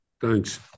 Thanks